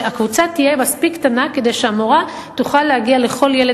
שהקבוצה תהיה מספיק קטנה כדי שהמורה תוכל להגיע לכל ילד